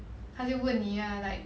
他就问你 lah like